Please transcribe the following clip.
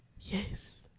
Yes